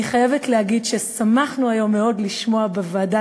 אני חייבת להגיד ששמחנו לשמוע היום בוועדה